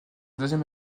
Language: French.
deuxième